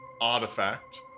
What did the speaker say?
artifact